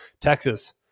Texas